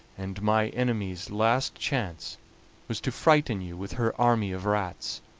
and my enemy's last chance was to frighten you with her army of rats.